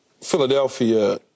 Philadelphia